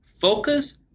focus